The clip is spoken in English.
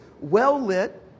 well-lit